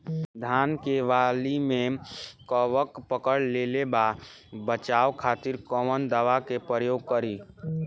धान के वाली में कवक पकड़ लेले बा बचाव खातिर कोवन दावा के प्रयोग करी?